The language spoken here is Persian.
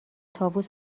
طاووس